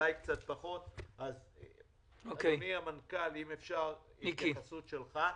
אז אדוני המנכ"ל, אם אפשר, התייחסות שלך.